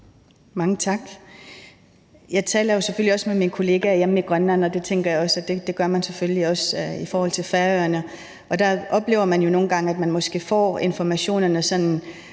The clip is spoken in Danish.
Mange tak. Jeg taler jo selvfølgelig også med mine kolleger hjemme i Grønland. Det tænker jeg at man selvfølgelig også gør på Færøerne. Der oplever man jo nogle gange, at man måske får informationerne sådan